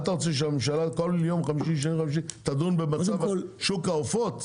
מה אתה רוצה שהממשלה בכל שני וחמישי תדון במצב שוק העופות?